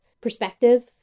perspective